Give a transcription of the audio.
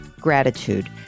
gratitude